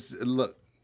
look